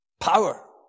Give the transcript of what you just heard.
Power